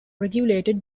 regulated